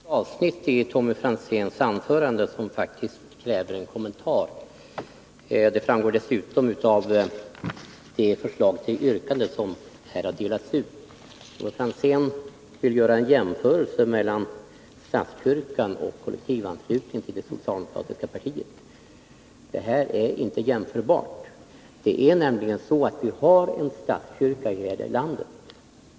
Fru talman! Det fanns ett avsnitt i Tommy Franzéns anförande som faktiskt kräver en kommentar. Vad han där sade framgår också i det utdelade särskilda yrkandet. Tommy Franzén vill göra en jämförelse mellan statskyrkan och kollektivanslutningen till det socialdemokratiska partiet. Men dessa två saker är inte jämförbara. 133 Det är nämligen så att vi har en statskyrka här i landet.